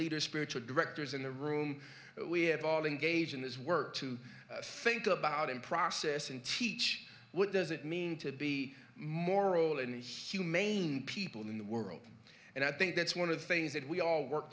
leaders spiritual directors in the room we have all engaged in this work to think about in process and teach what does it mean to be moral and humane people in the world and i think that's one of the things that we all work